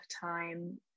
time